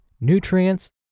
nutrients